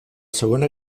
segona